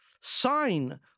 sign